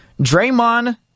Draymond